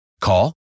Call